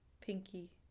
pinky